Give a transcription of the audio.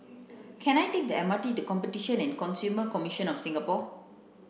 can I take the M R T to Competition and Consumer Commission of Singapore